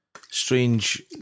strange